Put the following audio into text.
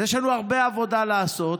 אז יש לנו הרבה עבודה לעשות.